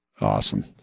awesome